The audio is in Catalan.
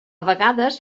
vegades